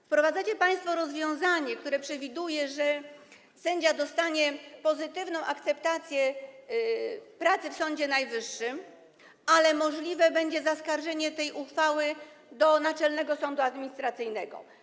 Wprowadzacie państwo rozwiązanie, które przewiduje, że sędzia dostanie pozytywną akceptację pracy w Sądzie Najwyższym, ale możliwe będzie zaskarżenie tej uchwały do Naczelnego Sądu Administracyjnego.